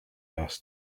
asked